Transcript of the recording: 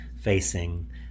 facing